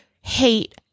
hate